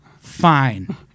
fine